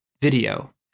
video